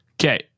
Okay